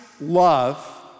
love